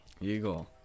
Eagle